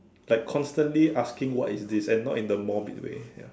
like constantly asking what is this and not in the morbid way ya